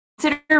consider